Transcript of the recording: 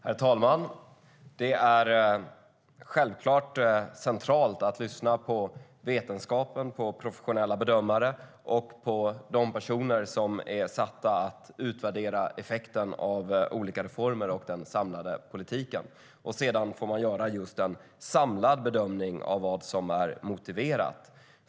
Herr talman! Det är självklart centralt att lyssna på vetenskapen, professionella bedömare och de personer som är satta att utvärdera effekten av olika reformer och den samlade politiken. Sedan får man göra just en samlad bedömning av vad som är motiverat.